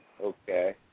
Okay